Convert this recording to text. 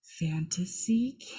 Fantasy